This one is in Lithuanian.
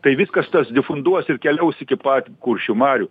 tai viskas tas difunduos keliaus iki pat kuršių marių